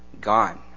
gone